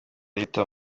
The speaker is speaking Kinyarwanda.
leta